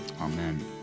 Amen